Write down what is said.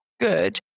good